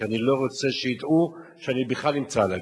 כי אני לא רוצה שידעו שאני בכלל נמצא על הכביש.